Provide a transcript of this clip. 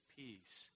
peace